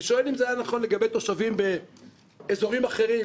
אני שואל אם זה היה נכון לגבי תושבים באזורים אחרים,